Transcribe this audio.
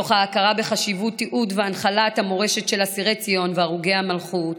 מתוך ההכרה בחשיבות התיעוד והנחלת המורשת של אסירי ציון והרוגי המלכות